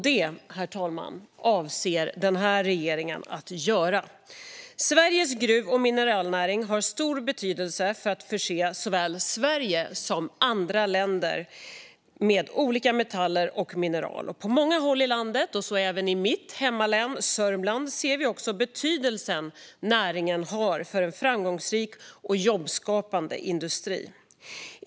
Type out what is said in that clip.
Det, herr talman, avser den här regeringen att göra. Sveriges gruv och mineralnäring har stor betydelse för att förse såväl Sverige som andra länder med olika metaller och mineral. Och på många håll i landet, så även i mitt hemlän Sörmland, ser vi betydelsen som näringen har för en framgångsrik och jobbskapande industri.